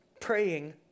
praying